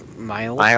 Miles